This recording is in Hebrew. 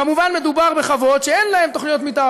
כמובן, מדובר בחוות שאין להן תוכניות מתאר.